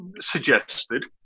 suggested